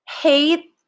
hate